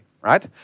right